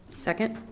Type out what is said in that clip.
second.